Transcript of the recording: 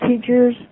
teachers